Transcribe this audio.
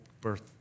birth